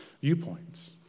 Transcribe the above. viewpoints